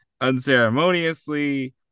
unceremoniously